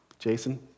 Jason